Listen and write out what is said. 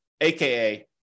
AKA